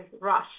rush